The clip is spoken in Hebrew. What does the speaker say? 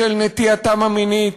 בשל נטייתם המינית,